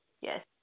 Yes